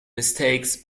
mistakes